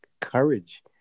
courage